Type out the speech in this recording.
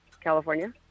California